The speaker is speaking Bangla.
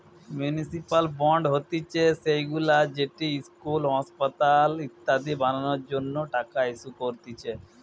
মিউনিসিপাল বন্ড হতিছে সেইগুলা যেটি ইস্কুল, আসপাতাল ইত্যাদি বানানোর জন্য টাকা ইস্যু করতিছে